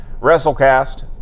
WrestleCast